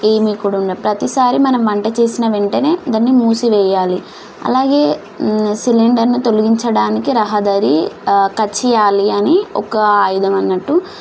ఏమి కూడా ఉండవు ప్రతిసారి మనం వంట చేసిన వెంటనే దాన్ని మూసివెయ్యాలి అలాగే సిలిండర్ను తొలగించడానికి రహదారి కచ్చియ్యాలి అని ఒక ఆయుధం అన్నట్టు